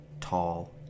tall